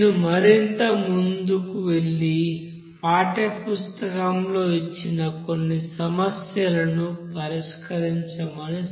నేను మరింత ముందుకు వెళ్లి పాఠ్యపుస్తకంలో ఇచ్చిన కొన్ని సమస్యలను పరిష్కరించమని సూచిస్తున్నాను